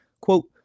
quote